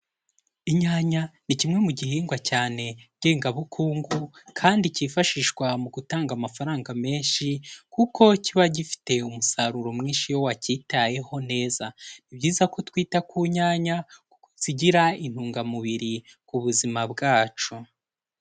Inyanya ni kimwe mu gihingwa cyane ngengabukungu kandi kifashishwa mu gutanga amafaranga menshi kuko kiba gifite umusaruro mwinshi iyo wakitayeho neza. Ni byiza ko twita ku nyanya zigira intungamubiri ku buzima bwacu.